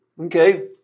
okay